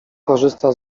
korzysta